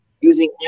using